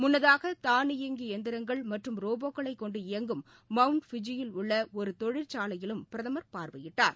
முன்னதாக தானியங்கி எந்திரங்கள் மற்றும் ரோபோக்களை கொண்டு இயங்கும் மவுண்ட் ஃப்யுஜியில் உள்ள ஜரு தொழிற்சாலையையும் பிரதமர் பார்வையிட்டார்